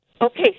Okay